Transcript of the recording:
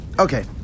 Okay